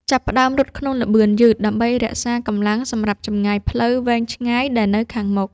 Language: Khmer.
ចាប់ផ្ដើមរត់ក្នុងល្បឿនយឺត ដើម្បីរក្សាកម្លាំងសម្រាប់ចម្ងាយផ្លូវវែងឆ្ងាយដែលនៅខាងមុខ។